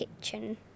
Kitchen